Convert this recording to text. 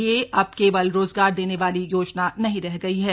यह अब केवल रोजगार देने वाली योजना नहीं रह गई है